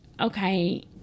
okay